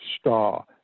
star